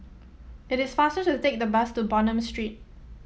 it is faster to take the bus to Bonham Street